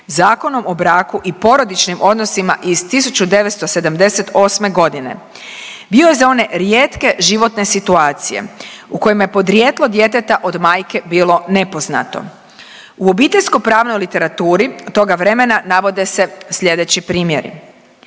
zakonom o braku i porodičnim odnosima iz 1978. g. bio je za one rijetke životne situacije u kojima je podrijetlo djeteta od majke bilo nepoznato. U obiteljskopravnoj literaturi toga vremena navode se sljedeći primjeri,